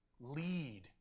Lead